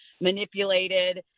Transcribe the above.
manipulated